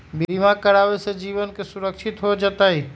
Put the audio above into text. बीमा करावे से जीवन के सुरक्षित हो जतई?